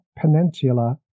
Peninsula